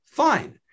fine